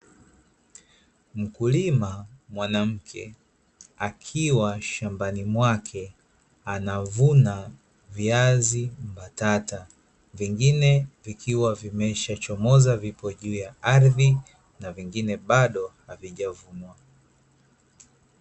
Mkulima mwanamke akiwa shambani mwake, anavuna viazi mbatata. Vingine vikiwa vimeshachomoza vipo juu ya ardhi, na vingine bado havijavunwa.